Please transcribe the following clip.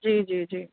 जी जी जी